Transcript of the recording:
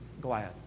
glad